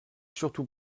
surtout